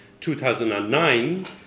2009